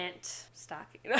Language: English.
stocking